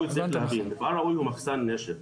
צריך להבין, מפעל ראוי הוא מחסן נשק.